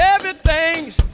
Everything's